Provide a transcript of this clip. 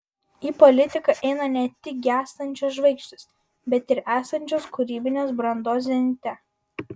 į politiką eina ne tik gęstančios žvaigždės bet ir esančios kūrybinės brandos zenite